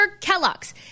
Kellogg's